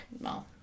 no